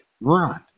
Run